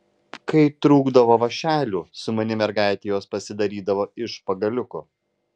kai trūkdavo vąšelių sumani mergaitė juos pasidarydavo iš pagaliukų